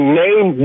name